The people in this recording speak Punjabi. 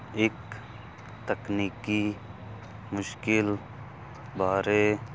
ਇੱਕ ਤਕਨੀਕੀ ਮੁਸ਼ਕਲ ਬਾਰੇ